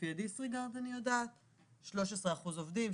לפי הדיסריגרד: 13% עובדים,